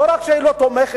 לא רק שהיא לא תומכת,